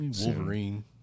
Wolverine